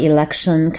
Election